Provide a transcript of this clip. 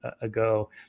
ago